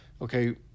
Okay